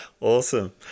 awesome